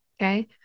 okay